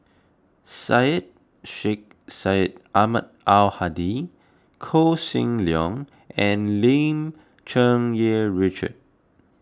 Syed Sheikh Syed Ahmad Al Hadi Koh Seng Leong and Lim Cherng Yih Richard